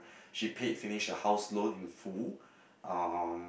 she paid finish her house loan in full um